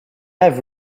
have